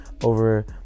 over